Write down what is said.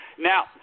Now